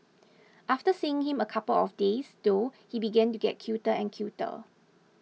after seeing him a couple of days though he began to get cuter and cuter